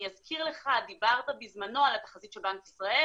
אני אזכיר לך, דיברת בזמנו על התחזית של בנק ישראל